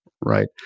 right